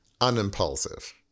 unimpulsive